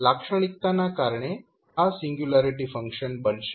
તો આ લાક્ષણિકતા ને કારણે આ સિંગ્યુલારિટી ફંક્શન બનશે